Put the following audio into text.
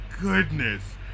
goodness